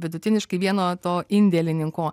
vidutiniškai vieno to indėlininko